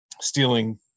stealing